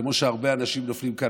כמו שהרבה אנשים נופלים כאן,